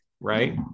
right